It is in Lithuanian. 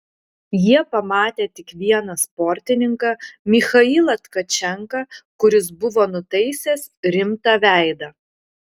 jie pamatė tik vieną sportininką michailą tkačenką kuris buvo nutaisęs rimtą veidą